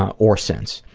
ah or since.